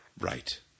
right